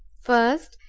first,